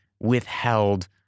withheld